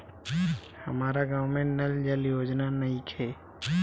हमारा गाँव मे नल जल योजना नइखे?